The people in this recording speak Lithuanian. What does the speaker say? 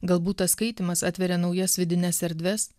galbūt tas skaitymas atveria naujas vidines erdves